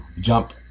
jump